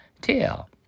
tail